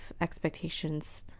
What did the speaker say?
expectations